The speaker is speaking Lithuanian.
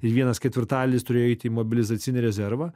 ir vienas ketvirtadienis turėjo eiti į mobilizacinį rezervą